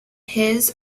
his